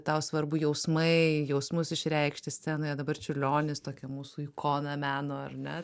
tau svarbu jausmai jausmus išreikšti scenoje dabar čiurlionis tokia mūsų ikona meno ar ne